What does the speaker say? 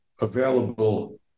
available